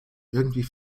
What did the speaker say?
irgendwie